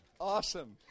Awesome